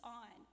on